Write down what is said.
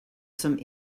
some